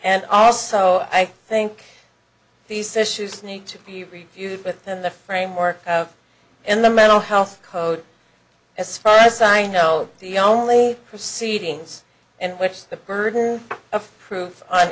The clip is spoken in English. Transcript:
and also i think these sisters need to be reviewed within the framework in the mental health code as far as i know the only proceedings in which the burden of proof on